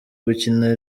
gukina